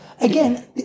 Again